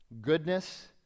goodness